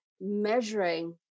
measuring